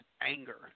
anger